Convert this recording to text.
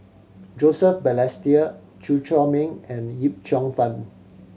Joseph Balestier Chew Chor Meng and Yip Cheong Fun